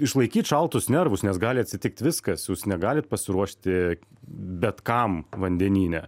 išlaikyt šaltus nervus nes gali atsitikt viskas jūs negalit pasiruošti bet kam vandenyne